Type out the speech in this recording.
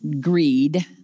greed